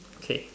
okay